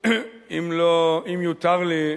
אם יותר לי,